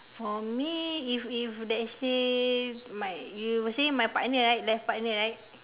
for me if if let's say my you were saying my partner right life partner right